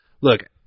look